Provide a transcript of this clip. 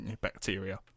bacteria